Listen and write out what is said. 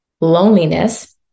loneliness